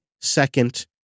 second